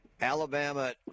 Alabama